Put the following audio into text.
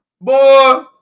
boy